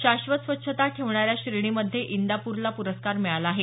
शाश्वत स्वच्छता ठेवणाऱ्या श्रेणीमध्ये इंदापूरला पुरस्कार मिळाला आहे